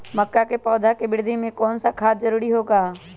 मक्का के पौधा के वृद्धि में कौन सा खाद जरूरी होगा?